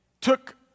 took